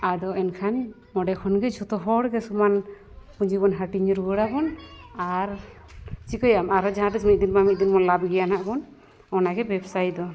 ᱟᱫᱚ ᱮᱱᱠᱷᱟᱱ ᱚᱸᱰᱮ ᱠᱷᱚᱱᱜᱮ ᱡᱚᱛᱚ ᱦᱚᱲ ᱜᱮ ᱥᱚᱢᱟᱱ ᱯᱸᱡᱤ ᱵᱚᱱ ᱦᱟᱹᱴᱤᱧ ᱨᱩᱭᱟᱲᱟᱵᱚᱱ ᱟᱨ ᱪᱤᱠᱟᱹᱭᱟᱢ ᱟᱨ ᱦᱚᱸ ᱡᱟᱦᱟᱸ ᱛᱤᱥ ᱢᱤᱫ ᱫᱤᱱ ᱵᱟᱝ ᱢᱤᱫ ᱫᱤᱱ ᱵᱚᱱ ᱞᱟᱵᱷ ᱜᱮᱭᱟ ᱱᱟᱦᱟᱜ ᱵᱚᱱ ᱚᱱᱟᱜᱮ ᱵᱮᱵᱽᱥᱟᱭᱤ ᱫᱚ